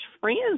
friends